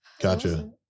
Gotcha